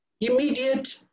immediate